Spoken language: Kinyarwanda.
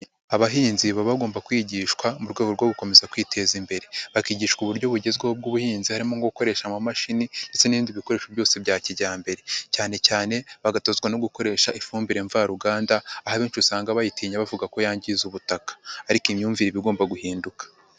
Abahinzi baba bagomba kwigishwa mu rwego rwo gukomeza kwiteza imbere, bakigishwa uburyo bugezweho bw'ubuhinzi harimo gukoresha amamashini ndetse n'ibindi bikoresho byose bya kijyambere cyanecyane bagatozwa no gukoresha ifumbire mvaruganda abenshi usanga bayitinya bavuga ko yangiza ubutaka ariko imyumvire iba igomba guhinduka.